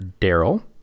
Daryl